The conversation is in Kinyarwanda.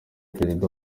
perezida